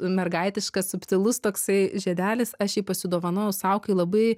mergaitiškas subtilus toksai žiedelis aš jį pasidovanojau sau kai labai